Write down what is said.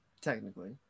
Technically